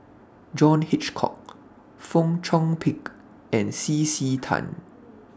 John Hitchcock Fong Chong Pik and C C Tan